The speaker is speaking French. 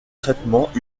traitements